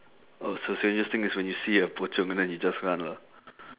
oh so so you just think is when you see a pocong and then you just run lah